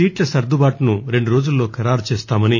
సీట్ల సర్గుబాటును రెండు రోజుల్లో ఖరారు చేస్తామని